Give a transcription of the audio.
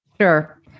Sure